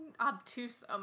obtuse